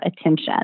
attention